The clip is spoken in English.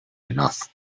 enough